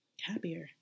happier